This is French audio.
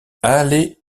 allez